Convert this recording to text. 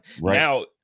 Now